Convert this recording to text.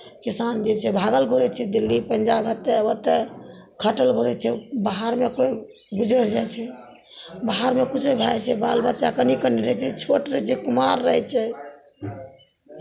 किसान जे छै भागल घुरै छै दिल्ली पंजाब एतय ओतय खटल घुरै छै बाहर जाय कऽ जाइ छै बाहरमे किछो भए जाइ छै बाल बच्चा कनि कनि टा रहै छै छोट रहै छै कुमार रहै छै